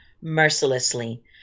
mercilessly